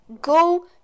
Go